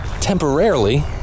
temporarily